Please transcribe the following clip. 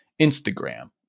Instagram